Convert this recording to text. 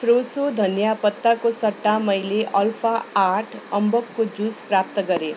फ्रेसो धनिया पत्ताको सट्टा मैले अल्फा आठ अम्बकको जुस प्राप्त गरेँ